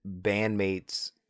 bandmates